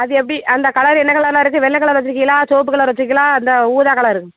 அது எப்படி அந்த கலர் என்ன கலரில் இருக்கு வெள்ளை கலர் வச்சுருக்கிங்களா சிவப்பு கலர் வச்சுருக்கிங்களா அந்த ஊதா கலரு